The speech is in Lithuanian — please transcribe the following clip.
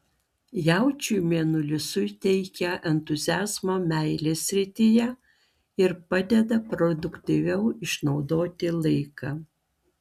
jaučiui mėnulis suteikia entuziazmo meilės srityje ir padeda produktyviau išnaudoti laiką